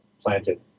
planted